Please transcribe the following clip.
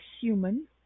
human